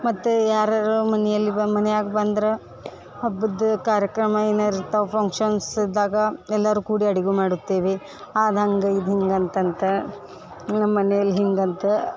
ಮತ್ತು ಯಾರಾರ ಮನೆಯಲ್ಲಿ ವ ಮನ್ಯಾಗ ಬಂದ್ರೆ ಹಬ್ಬದ ಕಾರ್ಯಕ್ರಮ ಏನಾರೂ ಇರ್ತವೆ ಫಂಕ್ಷನ್ಸ್ ಇದ್ದಾಗ ಎಲ್ಲರೂ ಕೂಡಿ ಅಡುಗೆ ಮಾಡುತ್ತೇವೆ ಅದು ಹಂಗೆ ಇದು ಹಿಂಗೆ ಅಂತಂತ ನಮ್ಮ ಮನೆಲಿ ಹೀಗಂತ